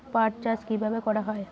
পাট চাষ কীভাবে করা হয়?